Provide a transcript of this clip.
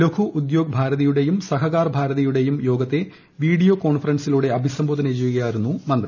ലഘു ഉദ്ദ്യോഗ് ഭാരതിയുടെയും സഹകാർ ഭാരതിയുടെയും യോഗത്ത് വീഡിയോ കോൺഫറൻസിലൂടെ അഭിസംബോധന ചെയ്യുക്യായിരുന്നു മന്ത്രി